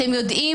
אתם יודעים